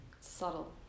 Subtle